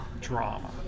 Drama